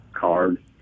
card